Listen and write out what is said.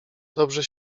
dobrze